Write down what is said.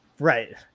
Right